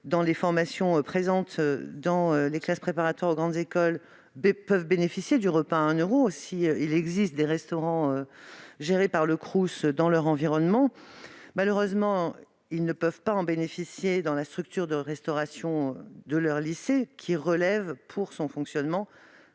dans les formations offertes par les classes préparatoires aux grandes écoles, peuvent bénéficier du repas à un euro, s'il existe des restaurants gérés par le Crous dans leur environnement. Malheureusement, ils ne le peuvent pas dans la structure de restauration de leur lycée, laquelle relève, pour son fonctionnement,